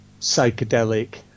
psychedelic